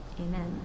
Amen